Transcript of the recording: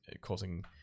causing